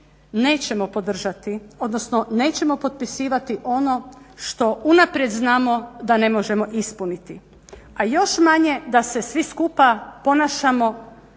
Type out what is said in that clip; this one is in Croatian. nećemo podržati, odnosno nećemo potpisivati ono što unaprijed znamo da ne možemo ispuniti, a još manje da se svi skupa ponašamo